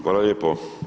Hvala lijepo.